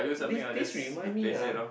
this this remind me ah